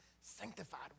sanctified